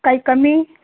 काही कमी